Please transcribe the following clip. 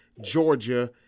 Georgia